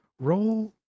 roll